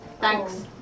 Thanks